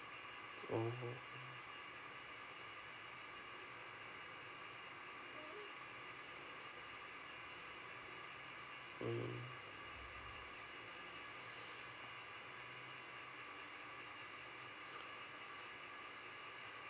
oh mm